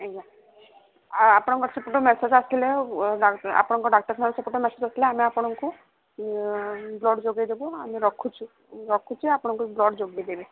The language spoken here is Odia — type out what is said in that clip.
ଆଜ୍ଞା ଆଉ ଆପଣଙ୍କର ସେପଟୁ ମେସେଜ ଆସିଥିଲେ ଆପଣଙ୍କ ଡାକ୍ତରଖାନାରେ ସେପଟେ ମେସେଜ ଆସିଥିଲେ ଆମେ ଆପଣଙ୍କୁ ବ୍ଲଡ୍ ଯୋଗେଇଦବୁ ଆମେ ରଖୁଛି ରଖୁଛି ଆପଣଙ୍କୁ ବ୍ଲଡ୍ ଯୋଗେଇଦେବୁ